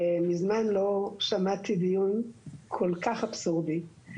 מזמן לא שמעתי דיון כל כך אבסורדי.